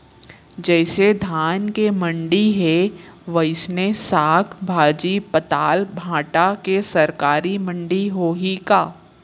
जइसे धान के मंडी हे, वइसने साग, भाजी, पताल, भाटा के सरकारी मंडी होही का?